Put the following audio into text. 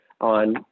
on